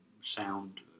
sound